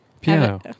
Piano